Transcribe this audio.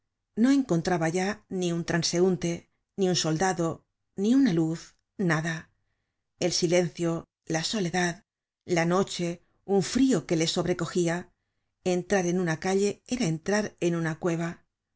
no encontraba ya ni un transeunte ni un soldado ni una luz nada el silencio la soledad la noche un frio que le sobrecogia entrar en una calle era entrar en una cueva